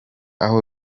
aho